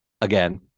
again